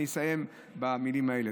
אני אסיים במילים האלה.